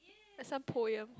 like some poem